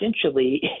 essentially